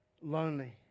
lonely